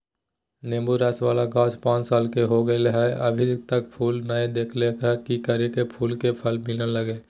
नेंबू रस बाला के गाछ पांच साल के हो गेलै हैं अभी तक फूल नय देलके है, की करियय की फूल और फल मिलना लगे?